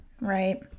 right